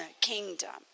kingdom